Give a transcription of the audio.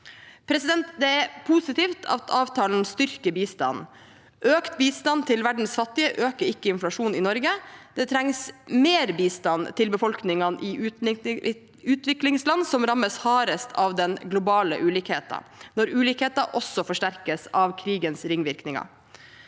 innstillingen. Det er positivt at avtalen styrker bistanden. Økt bistand til verdens fattige øker ikke inflasjonen i Norge. Det trengs mer bistand til befolkningen i utviklingsland, som rammes hardest av den globale ulikheten når ulikheter også forsterkes av krigens ringvirkninger.